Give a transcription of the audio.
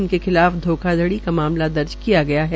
इनके खिलाफ धोखाधड़ी का मामला दर्ज किया गया है